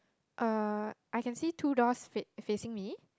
uh I can see two doors fa~ facing me